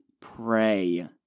pray